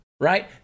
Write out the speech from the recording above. Right